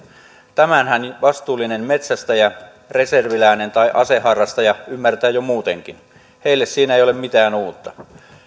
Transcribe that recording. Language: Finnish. tämänhän vastuullinen metsästäjä reserviläinen tai aseharrastaja ymmärtää jo muutenkin heille siinä ei ole mitään uutta